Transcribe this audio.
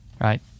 Right